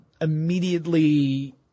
immediately